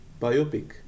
biopic